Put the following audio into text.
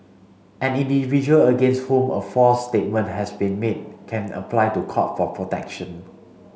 any individual against whom a false statement has been made can apply to Court for protection